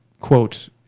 quote